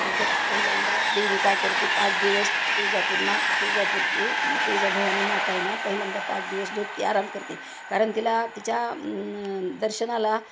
त्याच्यात पहिल्यांदा देवी काय करते पाच दिवस तुळजापूर मा तुळजापूरचे तुळजा भवानी माता आहे ना पहिल्यांदा पाच दिवस झोपते आराम करते कारण तिला तिच्या दर्शनाला